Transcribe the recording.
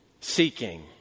seeking